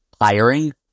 hiring